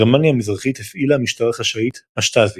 גרמניה המזרחית הפעילה משטרה חשאית, ה"שטאזי".